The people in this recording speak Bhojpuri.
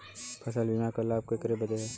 फसल बीमा क लाभ केकरे बदे ह?